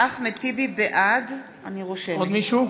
בעד עוד מישהו?